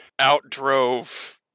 outdrove